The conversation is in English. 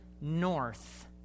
north